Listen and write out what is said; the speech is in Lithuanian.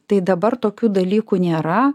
tai dabar tokių dalykų nėra